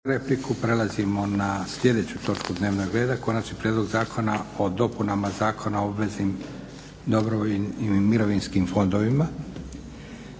(SDP)** Prelazimo na sljedeću točku dnevnog reda - Konačni prijedlog zakona o dopunama Zakona o obveznim i dobrovoljnim mirovinskim fondovima,